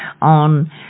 on